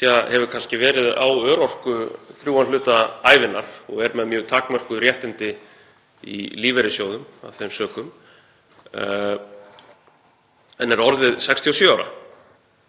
hefur kannski verið á örorku drjúgan hluta ævinnar og er með mjög takmörkuð réttindi í lífeyrissjóðum af þeim sökum en er orðið 67 ára.